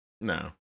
No